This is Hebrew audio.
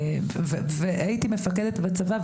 הייתי מפקדת בצבא,